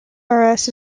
ayres